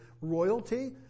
royalty